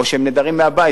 או שהם נעדרים מהבית,